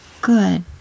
Good